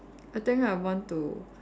I think I want to